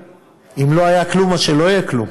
אם לא היה כלום אז שלא יהיה כלום.